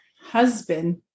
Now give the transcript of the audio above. husband